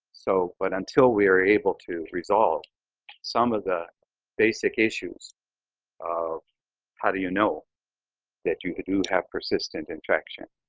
so but until we are able to resolve some of the basic issues of how do you know that you do have persistent infection.